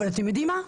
אבל אתם יודעים מה?